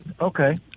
Okay